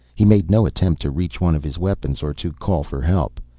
he made no attempt to reach one of his weapons or to call for help.